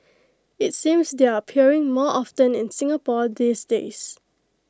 IT seems they're appearing more often in Singapore these days